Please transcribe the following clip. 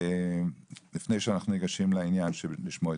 לפני שאנחנו ניגשים לעניין שלשמו התכנסנו.